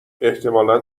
احتمالا